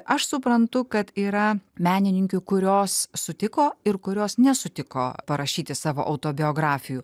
aš suprantu kad yra menininkių kurios sutiko ir kurios nesutiko parašyti savo autobiografijų